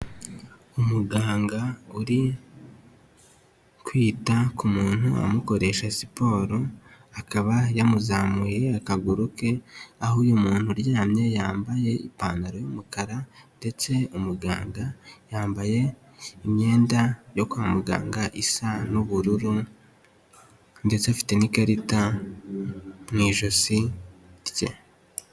Umuganga uri kwita ku muntu amukoresha siporo, akaba yamuzamuye akaguru ke, aho uyu muntu uryamye yambaye ipantaro y'umukara ndetse umuganga yambaye imyenda yo kwa muganga isa n'ubururu ndetse afite n'ikarita mu ijosi rye.